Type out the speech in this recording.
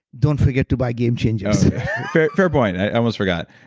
don't forget to buy game changers fair point, i almost forgot.